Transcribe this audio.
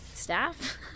staff